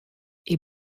est